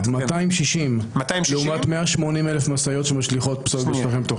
לעומת 180,000 משאיות שמשליכות פסולת.